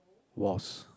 was